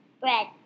bread